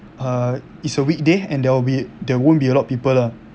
uh it's a weekday and there will be there won't be a lot people ah